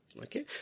Okay